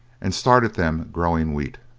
and started them growing wheat.